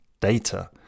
data